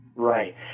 Right